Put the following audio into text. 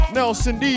Nelson